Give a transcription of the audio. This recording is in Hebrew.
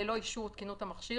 ללא אישור תקינות המכשיר,